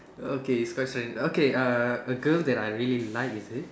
okay it's quite strange okay uh a girl that I really like is it